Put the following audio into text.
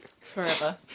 Forever